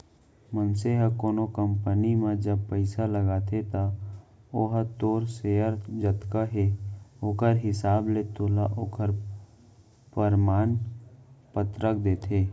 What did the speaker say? मनसे ह कोनो कंपनी म जब पइसा लगाथे त ओहा तोर सेयर जतका हे ओखर हिसाब ले तोला ओखर परमान पतरक देथे